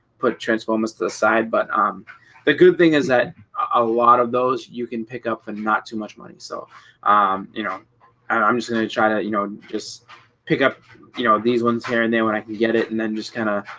put transformers to the side but um the good thing is that a lot of those you can pick up for not too much money so um you, know i'm just gonna try to you know just pick up you know these ones here and then when i can get it and? then just kind of